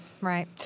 right